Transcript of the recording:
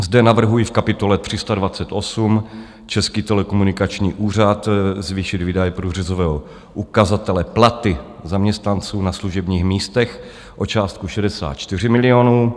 Zde navrhuji v kapitole 328, Český telekomunikační úřad, zvýšit výdaje průřezového ukazatele Platy zaměstnanců na služebních místech o částku 64 milionů.